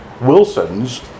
Wilsons